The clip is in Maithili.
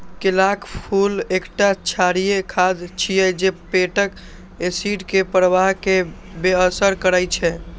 केलाक फूल एकटा क्षारीय खाद्य छियै जे पेटक एसिड के प्रवाह कें बेअसर करै छै